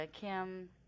kim